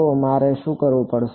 તો મારે શું કરવું પડશે